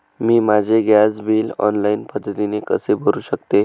मी माझे gas bill online पद्धतीने कसे भरु शकते?